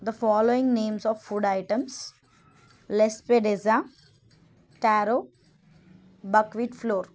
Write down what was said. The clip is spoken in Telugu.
the following names of food items lespedeza taro buckwheat floor